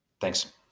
Thanks